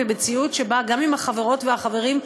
במציאות שבה גם עם החברות והחברים,